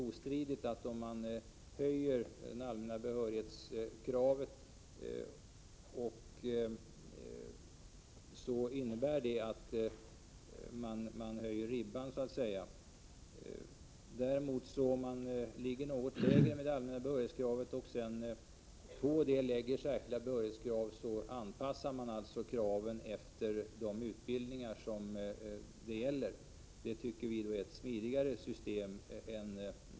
Ostridigt innebär en höjning av de allmänna behörighetskraven en höjning av ”ribban”. Om man däremot lägger de allmänna behörighetskraven något lägre och därtill lägger särskilda behörighetskrav, anpassas kraven efter de utbildningar det gäller. Det tycker vi är ett smidigare system.